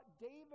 David